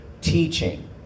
teaching